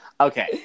Okay